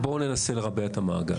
בואו ננסה לרבע את המעגל.